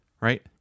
right